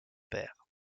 père